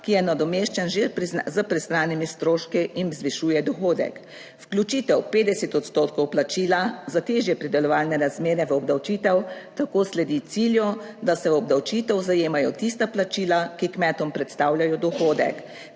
ki je nadomeščen že s priznanimi stroški in zvišuje dohodek. Vključitev 50 % plačila za težje pridelovalne razmere v obdavčitev tako sledi cilju, da se v obdavčitev zajemajo tista plačila, ki kmetom predstavljajo dohodek.